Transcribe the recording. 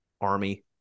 Army